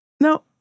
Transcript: Now